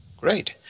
Great